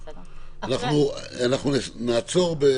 אחרי ההגדרה "מאגד"